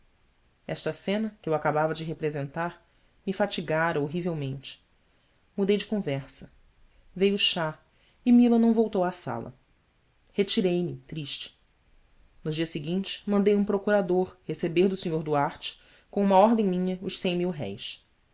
esta cena que eu acabava de representar me fatigara horrivelmente mudei de conversa veio o chá e mila não voltou à sala retirei-me triste no dia seguinte mandei um procurador receber do sr duarte com uma ordem minha os cem